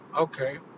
okay